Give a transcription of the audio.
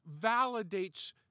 validates